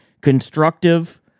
constructive